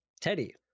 Teddy